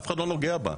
אף אחד לא נוגע בה.